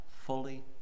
fully